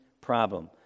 problem